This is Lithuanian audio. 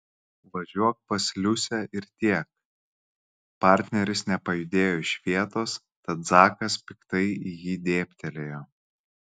važiuok pas liusę ir tiek partneris nepajudėjo iš vietos tad zakas piktai į jį dėbtelėjo